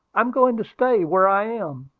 i'm going to stay where i am.